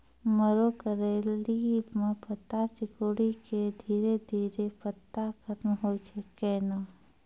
मरो करैली म पत्ता सिकुड़ी के धीरे धीरे पत्ता खत्म होय छै कैनै?